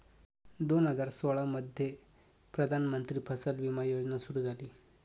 दोन हजार सोळामध्ये प्रधानमंत्री फसल विमा योजना सुरू झाली